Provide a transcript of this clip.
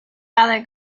rather